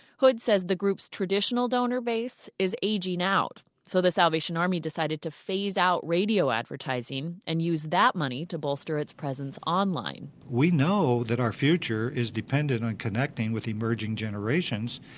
hood says the group's traditional donor base is aging out. so the salvation army decided to phase out radio advertising and use that money to bolster its presence online we know that our future is dependent on connecting with emerging generations.